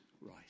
right